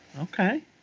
Okay